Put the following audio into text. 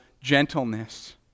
gentleness